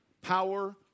power